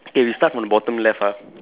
eh we start from the bottom left ah